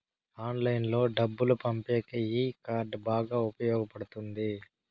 ఆన్లైన్లో డబ్బులు పంపేకి ఈ కార్డ్ బాగా ఉపయోగపడుతుంది